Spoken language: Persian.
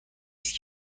است